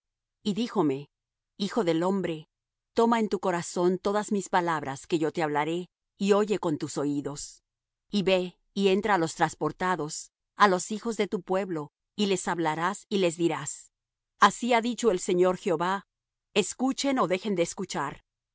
y díjome hijo del hombre toma en tu corazón todas mis palabras que yo te hablaré y oye con tus oídos y ve y entra á los trasportados á los hijos de tu pueblo y les hablarás y les dirás así ha dicho el señor jehová escuchen ó dejen de escuchar y